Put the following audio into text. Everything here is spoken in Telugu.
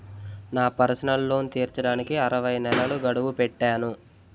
నా పర్సనల్ లోన్ తీర్చడానికి అరవై నెలల గడువు పెట్టాను